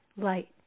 light